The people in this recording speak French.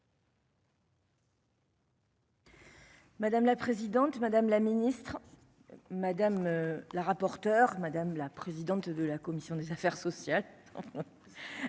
Madame la présidente, madame la ministre, madame la rapporteure, madame la présidente de la commission des affaires sociales,